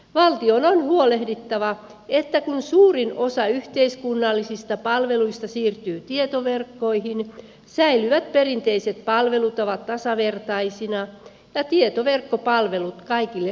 valtion on huolehdittava siitä että kun suurin osa yhteiskunnallisista palveluista siirtyy tietoverkkoihin säilyvät perinteiset palvelutavat tasavertaisina ja tietoverkkopalvelut kaikille saavutettavina